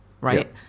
right